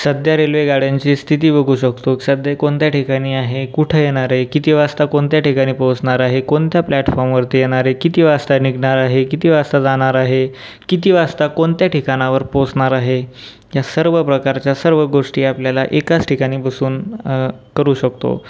सध्या रेल्वे गाड्यांची स्थिती बघू शकतो सध्या कोणत्या ठिकाणी आहे कुठे येणार आहे किती वाजता कोणत्या ठिकाणी पोहोचणार आहे कोणत्या प्लॅटफॉर्मवरती येणार आहे किती वाजता निघणार आहे किती वाजता जाणार आहे किती वाजता कोणत्या ठिकाणावर पोचणार आहे या सर्व प्रकारच्या सर्व गोष्टी आपल्याला एकाच ठिकाणी बसून करू शकतो